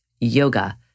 yoga